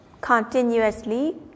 continuously